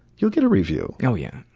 you'll get a review. oh, yeah.